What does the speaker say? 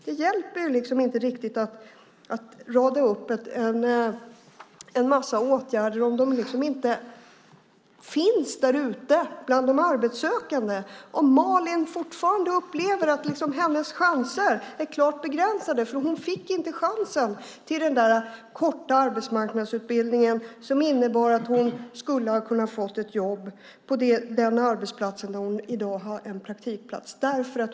Det hjälper inte riktigt att rada upp en massa åtgärder om de inte finns där ute bland de arbetssökande. Malin upplever fortfarande att hennes chanser är klart begränsade, för hon fick inte chansen till den korta arbetsmarknadsutbildning som skulle ha inneburit att hon hade kunnat få ett jobb på den arbetsplats där hon i dag har en praktikplats.